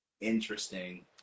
Interesting